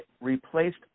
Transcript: replaced